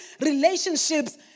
relationships